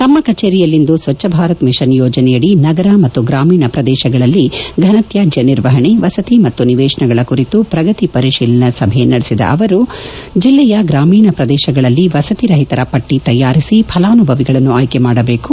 ತಮ್ನ ಕಚೇರಿಯಲ್ಲಿಂದು ಸ್ವಚ್ಗ ಭಾರತ್ ಮಿಷನ್ ಯೋಜನೆಯಡಿ ನಗರ ಮತ್ತು ಗ್ರಾಮೀಣ ಪ್ರದೇಶಗಳಲ್ಲಿ ಫನತ್ಯಾದ್ಯ ನಿರ್ವಹಣೆ ವಸತಿ ಮತ್ತು ನಿವೇಶನಗಳ ಕುರಿತು ಶ್ರಗತಿ ಪರಿತೀಲನೆ ನಡೆಸಿದ ಅವರು ಜಿಲ್ಲೆಯ ಗ್ರಾಮೀಣ ಪ್ರದೇಶಗಳಲ್ಲಿ ವಸತಿರಹಿತರ ಪಟ್ಟ ತಯಾರಿಸಿ ಫಲಾನುಭವಿಗಳನ್ನು ಆಯ್ಲೆಯ ಮಾಡಬೇಕು